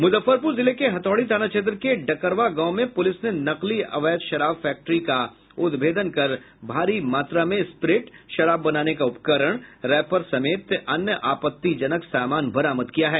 मुजफ्फरपुर जिले के हथौड़ी थाना क्षेत्र के डकरवा गांव में पुलिस ने नकली अवैध शराब फैक्ट्री का उदभेदन कर भारी मात्रा में स्प्रिट शराब बनाने का उपकरण रैपर समेत अन्य आपत्तिजनक सामान बरामद किया है